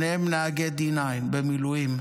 שניהם נהגי D9 במילואים,